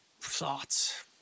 thoughts